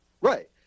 right